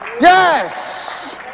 yes